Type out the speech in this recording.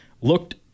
looked